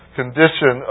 condition